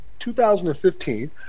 2015